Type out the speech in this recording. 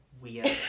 weird